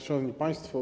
Szanowni Państwo!